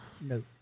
No